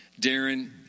Darren